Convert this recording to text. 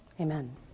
Amen